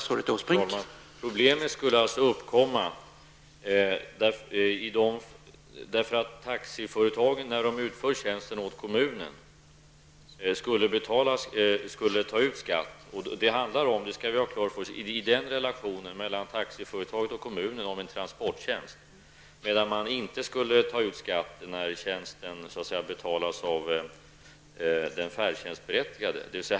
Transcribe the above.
Herr talman! Problemet skulle alltså uppkomma om taxiföretaget, när det utför tjänsten åt kommunen, skulle ta ut skatt. Det handlar -- det skall vi ha klart för oss -- i relationen mellan taxiföretaget och kommunen om en transporttjänst. Men man skulle inte ta ut skatt när tjänsten så att säga betalas av den färdtjänstberättigade.